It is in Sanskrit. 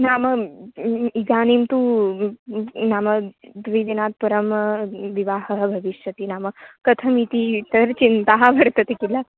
नाम इदानीं तु नाम द्विदिनात् परं विवाहः भविष्यति नाम कथमिति तद् चिन्तः वर्तते किल